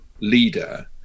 leader